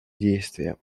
действия